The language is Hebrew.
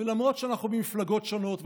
ולמרות שאנחנו ממפלגות שונות,